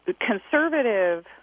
conservative